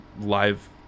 live